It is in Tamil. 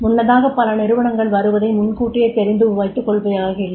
முன்னதாகப் பல நிறுவனங்கள் வருவதை முன்கூட்டியே தெரிந்து வைத்துக்கொள்பவையாக இல்லை